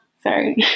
Sorry